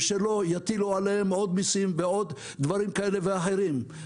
ושלא יטילו עליהם עוד מיסים ועוד דברים כאלה ואחרים.